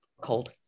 Cold